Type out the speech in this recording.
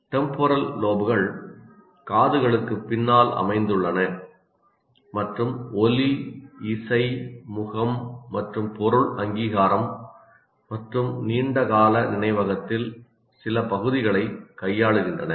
temporal லோப்கள் காதுகளுக்கு பின்னால் அமைந்துள்ளன மற்றும் ஒலி இசை முகம் மற்றும் பொருள் அங்கீகாரம் மற்றும் நீண்ட கால நினைவகத்தில் சில பகுதிகளைக் கையாளுகின்றன